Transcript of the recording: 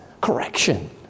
Correction